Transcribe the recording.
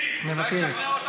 מוותרת,